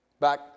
Back